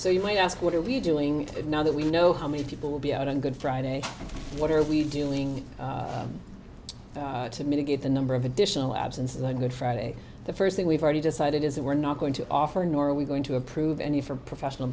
so you might ask what are we doing it now that we know how many people will be out on good friday and what are we doing to mitigate the number of additional absence of the good friday the first thing we've already decided is that we're not going to offer nor are we going to approve any for professional